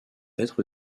être